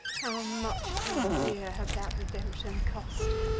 how much too dear has that redemption cost!